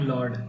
Lord